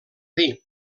dir